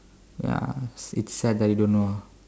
ya it's sad that you don't know ah